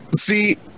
see